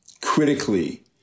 critically